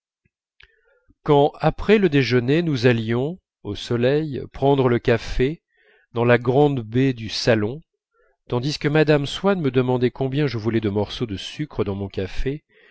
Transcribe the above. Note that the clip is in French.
quand après le déjeuner nous allions au soleil prendre le café dans la grande baie du salon tandis que mme swann me demandait combien je voulais de morceaux de sucre dans mon café